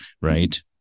right